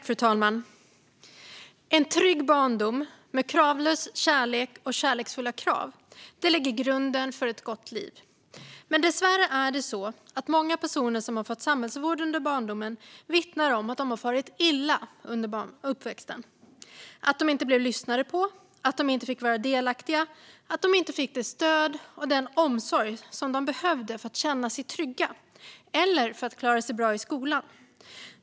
Fru talman! En trygg barndom med kravlös kärlek och kärleksfulla krav lägger grunden för ett gott liv. Men dessvärre vittnar många personer som har fått samhällsvård under barndomen om att de har farit illa under uppväxten. De blev inte lyssnade på, de fick inte vara delaktiga, de fick inte det stöd och den omsorg som de behövde för att känna sig trygga eller för att klara sig bra i skolan.